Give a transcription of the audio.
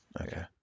Okay